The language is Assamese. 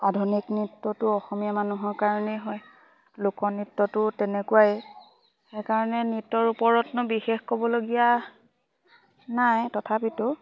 আধুনিক নৃত্যটো অসমীয়া মানুহৰ কাৰণেই হয় লোক নৃত্যটো তেনেকুৱাই সেইকাৰণে নৃত্যৰ ওপৰত্ন বিশেষ ক'বলগীয়া নাই তথাপিতো